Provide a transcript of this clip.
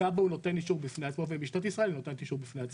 כב"ה הוא נותן אישור בפני עצמו ומשטרת ישראל היא נותנת אישור בפני עצמה.